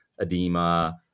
edema